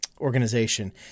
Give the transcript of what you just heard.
organization